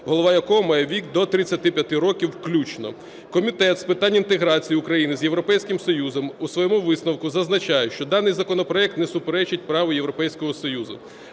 голова якого має вік до 35 років включно. Комітет з питань інтеграції України з Європейським Союзом у своєму висновку зазначає, що даний законопроект не суперечить праву Європейського Союзу.